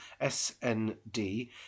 SND